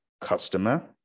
customer